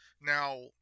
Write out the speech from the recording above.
Now